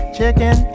Chicken